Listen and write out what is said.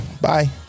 Bye